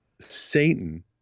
Satan